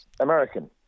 American